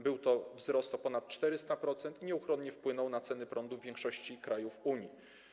Był to wzrost o ponad 400%, który nieuchronnie wpłynął na ceny prądu w większości krajów Unii.